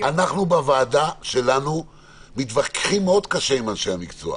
אנחנו בוועדה שלנו מתווכחים מאוד קשה עם אנשי המקצוע,